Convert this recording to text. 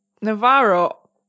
Navarro